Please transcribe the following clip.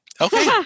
Okay